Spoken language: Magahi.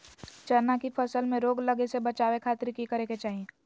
चना की फसल में रोग लगे से बचावे खातिर की करे के चाही?